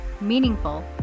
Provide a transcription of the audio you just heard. meaningful